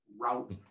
route